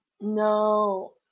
No